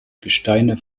gesteine